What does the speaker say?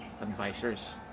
advisors